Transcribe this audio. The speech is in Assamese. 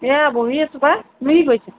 এ বহি আছোঁ পাই তুমি কি কৰিছা